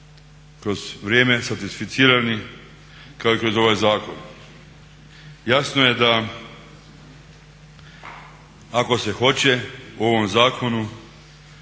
kroz vrijeme satisficirani kao i kroz ovaj zakon. Jasno je da ako se hoće u ovom zakonu